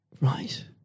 Right